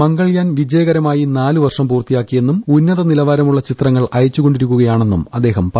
മംഗൾയാൻ വിജയകരമായി നാലുവർഷം പൂർത്തിയാക്കിയെന്നും ഉന്നത നിലവാരമുള്ള ചിത്രങ്ങൾ അയച്ചുകൊണ്ടിരിക്കുകയാണെന്നും അദ്ദേഹം പറഞ്ഞു